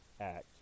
act